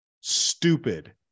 stupid